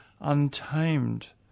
untamed